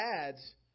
adds